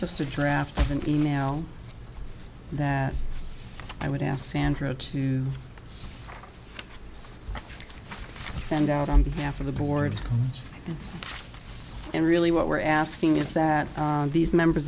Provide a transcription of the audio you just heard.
just a draft of an email that i would ask sandro to send out on behalf of the board and really what we're asking is that these members